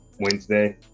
wednesday